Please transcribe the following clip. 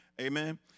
Amen